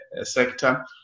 sector